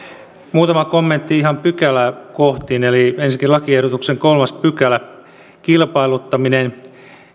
muutama kommentti ihan pykäläkohtiin eli ensinnäkin lakiehdotuksen kolmas pykälä kilpailuttaminen